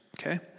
Okay